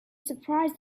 surprised